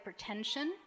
hypertension